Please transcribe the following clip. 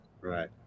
Right